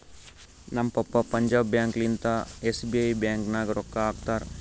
ನಮ್ ಪಪ್ಪಾ ಪಂಜಾಬ್ ಬ್ಯಾಂಕ್ ಲಿಂತಾ ಎಸ್.ಬಿ.ಐ ಬ್ಯಾಂಕ್ ನಾಗ್ ರೊಕ್ಕಾ ಹಾಕ್ತಾರ್